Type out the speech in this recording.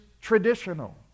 traditional